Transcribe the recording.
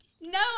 No